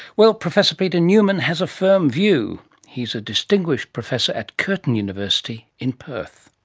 well, professor peter newman has a firm view, he is a distinguished professor at curtin university in perth.